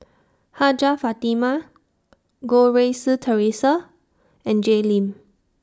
Hajjah Fatimah Goh Rui Si Theresa and Jay Lim